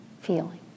feeling